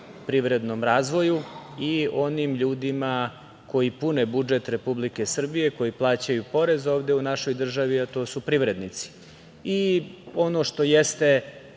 privrednom razvoju i onim ljudima koji pune budžet Republike Srbije, koji plaćaju porez u našoj državi, a to su privrednici. Ono što je